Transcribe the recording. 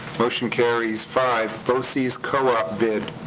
motion carries. five, boces co-op bid.